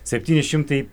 septyni šimtai